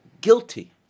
guilty